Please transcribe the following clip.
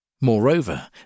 Moreover